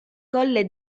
colle